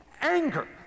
anger